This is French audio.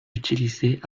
utilisée